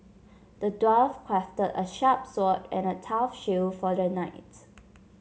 the dwarf crafted a sharp sword and a tough shield for the knight